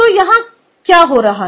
तो यहाँ क्या हो रहा है